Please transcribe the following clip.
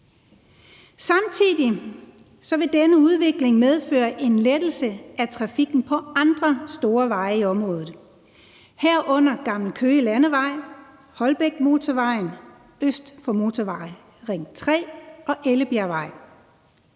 Samtidig vil denne udvikling medføre en lettelse af trafikken på andre store veje i området, herunder Gammel Køge Landevej, Holbækmotorvejen øst for Ring 3, og Ellebjergvej.